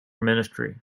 ministry